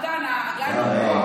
רגע,